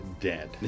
dead